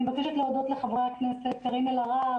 אני מבקשת להודות לחברי הכנסת קארין אלהרר,